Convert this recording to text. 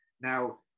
Now